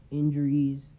injuries